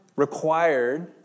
required